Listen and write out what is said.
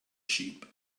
sheep